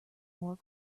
more